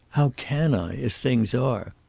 how can i, as things are?